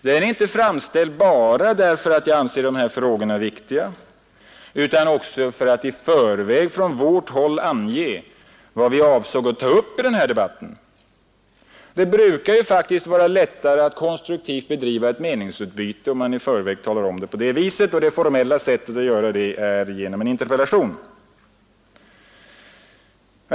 Den är framställd inte bara för att jag anser frågorna viktiga utan också för att i förväg från vårt håll ange vad vi avsåg att ta upp i denna debatt. Det brukar ju faktiskt vara lättare att konstruktivt utbyta meningar om man i förväg anger detta, och det formella sättet att göra det är genom en interpellation.